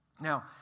Now